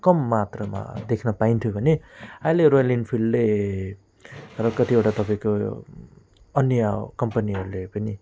कम मात्रामा देख्न पाइन्थ्यो भने अहिले रोयल इनफिल्डले र कतिवटा तपाईँको अन्य कम्पनीहरूले पनि